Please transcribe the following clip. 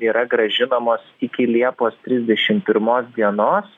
yra grąžinamos iki liepos trisdešimt pirmos dienos